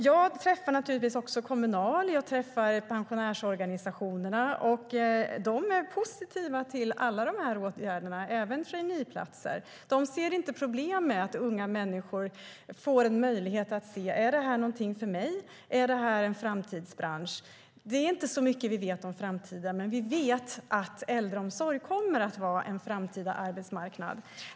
Jag träffar naturligtvis Kommunal och pensionärsorganisationerna, och de är positiva till alla dessa åtgärder - även traineeplatserna. De ser inget problem med att unga människor får möjlighet att se om det är någonting för dem och om det är en framtidsbransch. Det är inte mycket vi vet om framtiden, men vi vet att äldreomsorg kommer att vara en framtida arbetsmarknad.